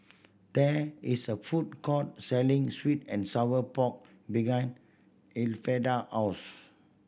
there is a food court selling sweet and sour pork behind Elfreda house